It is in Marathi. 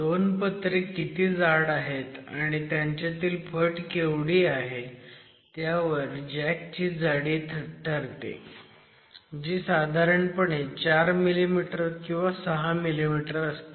दोन पत्रे किती जाड आहेत आणि त्यांच्यातील फट केवढी आहे त्यावर जॅक ची जाडी ठरते जी साधारणपणे 4 मिमी किंवा 6 मिमी असते